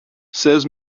says